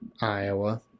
Iowa